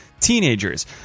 teenagers